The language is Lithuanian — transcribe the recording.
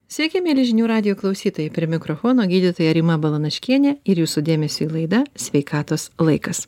sveiki mieli žinių radijo klausytojai prie mikrofono gydytoja rima balanaškienė ir jūsų dėmesiui laida sveikatos laikas